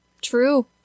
true